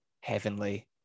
heavenly